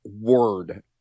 word